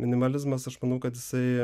minimalizmas aš manau kad jisai